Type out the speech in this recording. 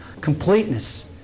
completeness